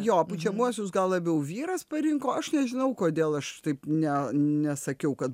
jo pučiamuosius gal labiau vyras parinko aš nežinau kodėl aš taip ne nesakiau kad